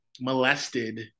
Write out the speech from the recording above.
molested